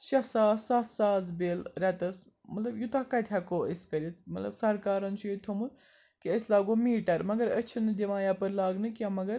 شےٚ ساس سَتھ ساس بِل ریٚتَس مطلب یوٗتاہ کَتہِ ہیٚکو أسۍ کٔرِتھ مطلب سَرکارَن چھُ ییٚتہِ تھوٚمُت کہِ أسۍ لاگو میٖٹَر مگر أسۍ چھِنہٕ دِوان یَپٲرۍ لاگنہٕ کیٚنٛہہ مگر